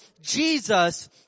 Jesus